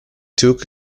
took